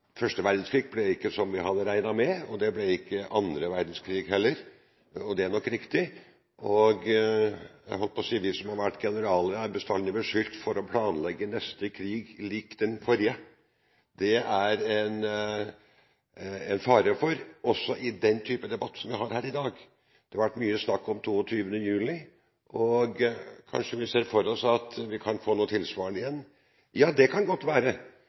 første verdenskrig ble ikke som vi hadde regnet med, og det ble ikke annen verdenskrig heller. Det er nok riktig. Jeg holdt på å si: De som har vært generaler, er bestandig beskyldt for å planlegge neste krig lik den forrige. Det er det en fare for også i den type debatt som vi har her i dag. Det har vært mye snakk om 22. juli, og kanskje vi ser for oss at vi kan få noe tilsvarende igjen. Ja, det kan godt være,